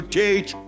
teach